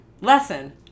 lesson